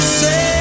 say